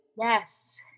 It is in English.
Yes